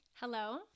Hello